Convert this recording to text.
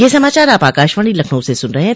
ब्रे क यह समाचार आप आकाशवाणी लखनऊ से सुन रहे हैं